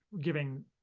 giving